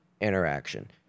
interaction